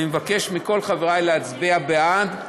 אני מבקש מכל חברי להצביע בעד,